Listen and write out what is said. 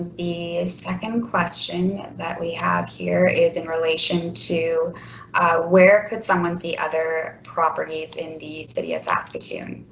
the second question that we have here is in relation to where could someone see other properties in the city of saskatoon,